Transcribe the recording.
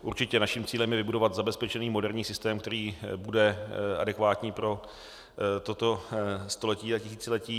Určitě naším cílem je vybudovat zabezpečený moderní systém, který bude adekvátní pro toto století a tisíciletí.